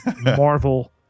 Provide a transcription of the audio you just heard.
Marvel